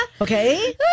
Okay